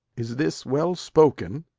is this well spoken?